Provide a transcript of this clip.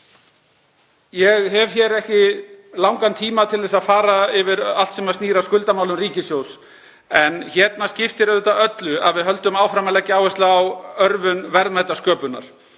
Ég hef ekki langan tíma hér til að fara yfir allt sem snýr að skuldamálum ríkissjóðs, en hérna skiptir auðvitað öllu að við höldum áfram að leggja áherslu á örvun verðmætasköpunar.